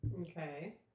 okay